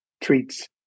treats